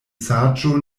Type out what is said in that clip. saĝo